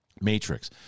matrix